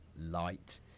light